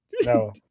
No